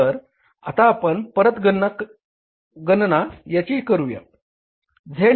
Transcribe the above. तर आता आपण याची परत गणना करूया Z